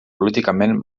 políticament